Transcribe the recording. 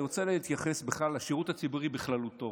אני רוצה להתייחס לשירות הציבורי בכללותו.